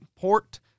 Port